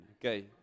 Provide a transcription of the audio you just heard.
Okay